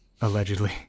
Allegedly